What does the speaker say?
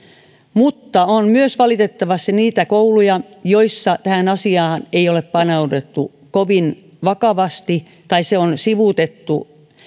mutta on myös valitettavasti niitä kouluja joissa tähän asiaan ei ole paneuduttu kovin vakavasti tai se on sivuutettu